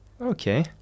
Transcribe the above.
Okay